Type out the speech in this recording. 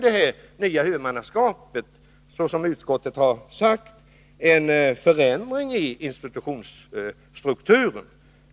Det nya huvudmannaskapet innebär, som utskottet har sagt, en förändring i institutionsstrukturen.